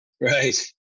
Right